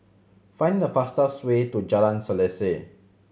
find the fastest way to Jalan Selaseh